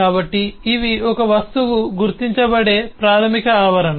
కాబట్టి ఇవి ఒక వస్తువు గుర్తించబడే ప్రాథమిక ఆవరణ